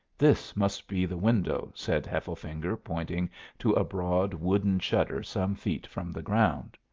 this must be the window, said hefflefinger, pointing to a broad wooden shutter some feet from the ground.